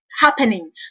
happening